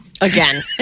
Again